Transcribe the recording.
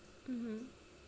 mmhmm